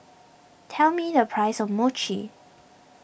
tell me the price of Mochi